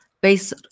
based